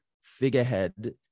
figurehead